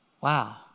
Wow